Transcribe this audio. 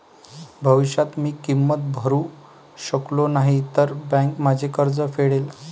भविष्यात मी किंमत भरू शकलो नाही तर बँक माझे कर्ज फेडेल